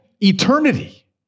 eternity